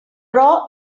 raw